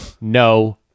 no